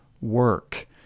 work